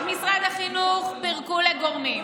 את משרד החינוך פירקו לגורמים,